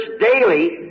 daily